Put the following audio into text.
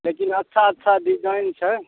लेकिन अच्छा अच्छा डिजाइन छै